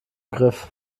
griff